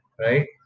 right